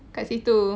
kat situ